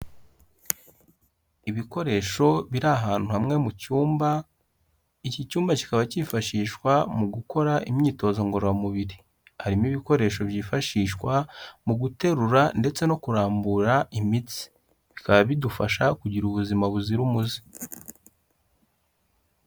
Ibikoresho biri ahantu hamwe mu cyumba, iki cyumba kikaba cyifashishwa mu gukora imyitozo ngororamubiri, harimo ibikoresho byifashishwa mu guterura ndetse no kurambura imitsi, bikaba bidufasha kugira ubuzima buzira umuze.